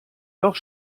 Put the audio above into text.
doch